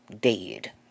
dead